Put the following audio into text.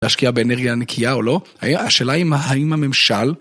להשקיע באנרגיה נקייה או לא, היה השאלה היא מה, האם הממשל...